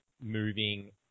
moving